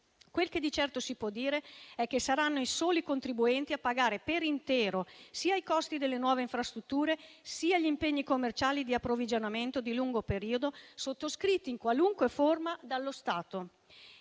Quel che di certo si può dire è che saranno i soli contribuenti a pagare per intero sia i costi delle nuove infrastrutture sia gli impegni commerciali di approvvigionamento di lungo periodo sottoscritti in qualunque forma dallo Stato.